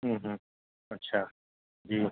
ہوں ہوں اچھا